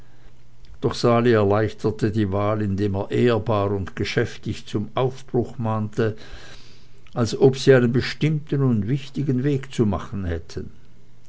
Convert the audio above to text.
doch sali erleichterte die wahl indem er ehrbar und geschäftig zum aufbruch mahnte als ob sie einen bestimmten und wichtigen weg zu machen hätten